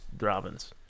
Robin's